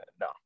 No